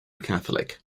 catholic